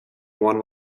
one